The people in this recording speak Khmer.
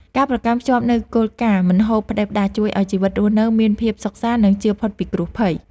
ការប្រកាន់ខ្ជាប់នូវគោលការណ៍មិនហូបផ្ដេសផ្ដាសជួយឱ្យជីវិតរស់នៅមានភាពសុខសាន្តនិងចៀសផុតពីគ្រោះភ័យ។